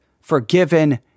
forgiven